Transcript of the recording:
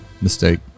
Mistake